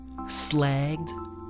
slagged